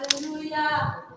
Hallelujah